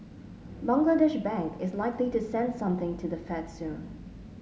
Bangladesh Bank is likely to send something to the Fed soon